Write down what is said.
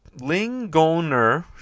Lingoner